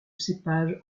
cépage